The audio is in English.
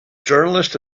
journalist